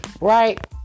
Right